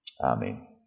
Amen